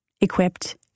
equipped